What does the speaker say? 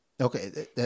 Okay